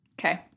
Okay